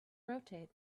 rotate